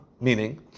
Meaning